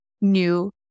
new